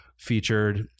featured